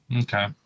Okay